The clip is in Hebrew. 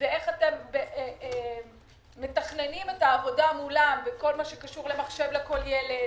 איך אתם מתכננים את העבודה מולם בכל הקשור למחשב לכל ילד